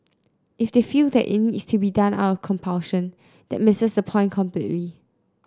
if they feel that it needs to be done out of compulsion this misses the point completely